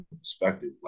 perspective